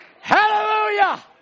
Hallelujah